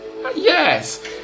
Yes